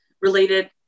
related